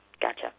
gotcha